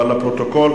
אבל לפרוטוקול,